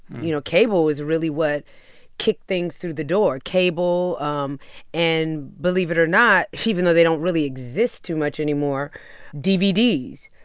you know, cable was really what kicked things through the door, cable um and believe it or not, even though they don't really exist too much anymore dvds.